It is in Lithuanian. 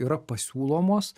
yra pasiūlomos